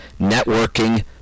networking